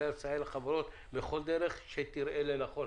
עליה לסייע לחברות בכל דרך שתראה לנכון.